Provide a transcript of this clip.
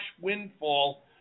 windfall